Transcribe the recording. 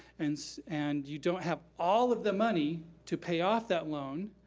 and so and you don't have all of the money to pay off that loan,